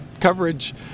coverage